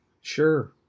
sure